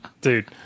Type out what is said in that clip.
Dude